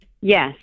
Yes